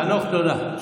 חנוך, תודה.